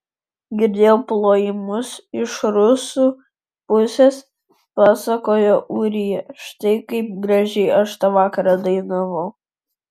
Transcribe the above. girdėjau plojimus iš rusų pusės pasakojo ūrija štai kaip gražiai aš tą vakarą dainavau